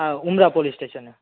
આ ઉમરા પોલીસ સ્ટેસને